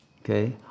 Okay